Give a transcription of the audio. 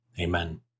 Amen